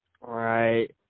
right